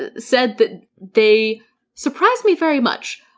ah said that they surprised me very much.